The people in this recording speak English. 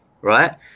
right